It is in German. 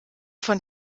von